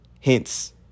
hence